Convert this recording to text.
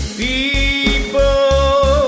people